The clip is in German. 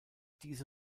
diese